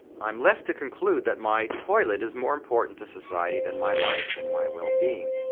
i am left to conclude that my toilet is more important to society than my life and my wellbeing.